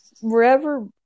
Wherever